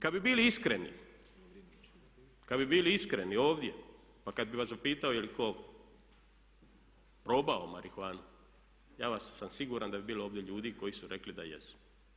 Kada bi bili iskreni, kada bi bili iskreni ovdje, pa kada bih vas zapitao je li tko probao marihuanu, ja sam siguran da bi bilo ovdje ljudi koji bi rekli da jesu.